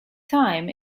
time